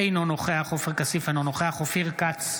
אינו נוכח עופר כסיף, אינו נוכח אופיר כץ,